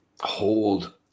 hold